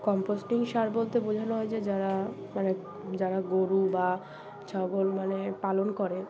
composting সার বলতে বোঝানো হয় যে যারা মানে যারা গরু বা ছাগল মানে পালন করে